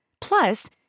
Plus